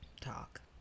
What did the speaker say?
talk